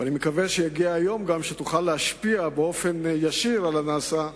אני מקווה שיגיע היום שתוכל להשפיע באופן ישיר על הנעשה,